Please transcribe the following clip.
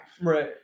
Right